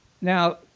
Now